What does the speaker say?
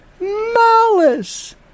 malice